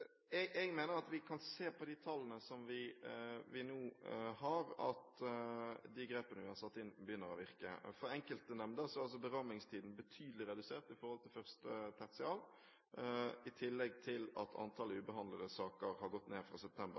Jeg mener at vi av de tallene som vi nå har, kan se at de grepene vi har satt inn, begynner å virke. For enkelte nemnder er berammingstiden betydelig redusert i forhold til første tertial, i tillegg til at antall ubehandlede saker har gått ned fra september